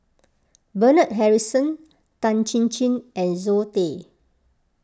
Bernard Harrison Tan Chin Chin and Zoe Tay